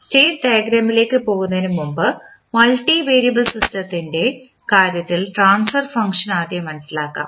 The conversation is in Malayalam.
സ്റ്റേറ്റ് ഡയഗ്രാമിലേക്ക് പോകുന്നതിനുമുമ്പ് മൾട്ടി വേരിയബിൾ സിസ്റ്റത്തിന്റെ കാര്യത്തിൽ ട്രാൻസ്ഫർ ഫംഗ്ഷൻ ആദ്യം മനസിലാക്കാം